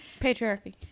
patriarchy